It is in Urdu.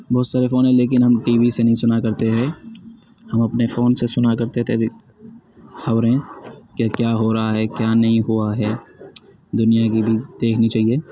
بہت سارے فون لیکن ہم ٹی وی سے نہیں سنا کرتے ہے ہم اپنے فون سے سنا کرتے تھے خبریں کہ کیا ہو رہا ہے کیا نہیں ہوا ہے دنیا بھی دیکھنی چاہیے